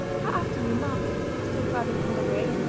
that afternoon markam, still clad in full array,